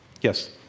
Yes